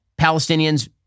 Palestinians